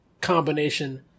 combination